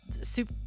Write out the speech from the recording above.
soup